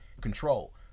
control